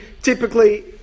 typically